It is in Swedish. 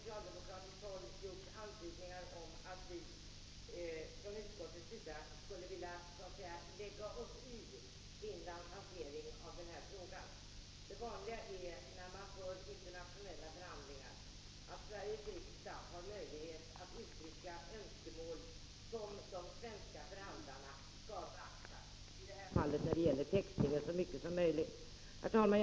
Herr talman! Här har från socialdemokratiskt håll gjorts antydningar om att vi från utskottets sida skulle vilja lägga oss i Finlands hantering av den här frågan. Det vanliga är, när man för internationella förhandlingar, att Sveriges riksdag har möjlighet att uttrycka önskemål, som de svenska förhandlarna skall beakta. I detta fall har det gällt önskemålet om textning där så är möjligt. Herr talman!